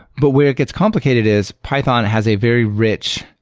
but where it gets complicated is python has a very rich